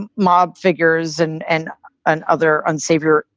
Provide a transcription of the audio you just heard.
and mob figures and and and other unsavory,